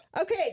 Okay